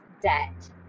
debt